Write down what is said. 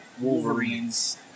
Wolverines